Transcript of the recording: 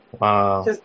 Wow